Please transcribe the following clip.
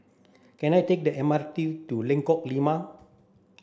can I take the M R T to Lengkong Lima